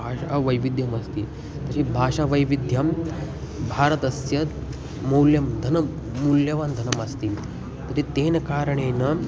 भाषावैविध्यमस्ति तर्हि भाषावैविध्यं भारतस्य मूल्यं धनं मूल्यवान् धनमस्ति तर्हि तेन कारणेन